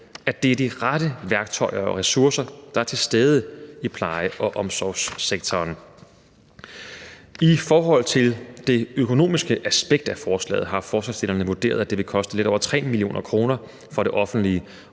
at det er de rette værktøjer og ressourcer, der er til stede i pleje- og omsorgssektoren. I forhold til det økonomiske aspekt i forslaget har forslagsstillerne vurderet, at det vil koste lidt over 3 mio. kr. for det offentlige,